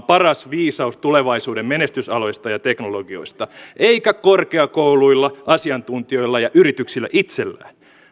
paras viisaus tulevaisuuden menestysaloista ja teknologioista eikä korkeakouluilla asiantuntijoilla ja yrityksillä itsellään